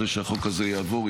אחרי שהחוק הזה יעבור,